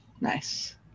Nice